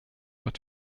but